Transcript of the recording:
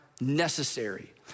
necessary